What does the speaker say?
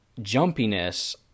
jumpiness